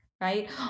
Right